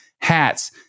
hats